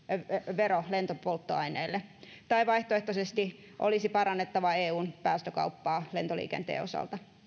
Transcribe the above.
vero lentopolttoaineelle tai vaihtoehtoisesti olisi parannettava eun päästökauppaa lentoliikenteen osalta